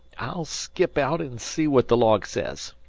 i'll skip out and see what the log says.